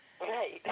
Right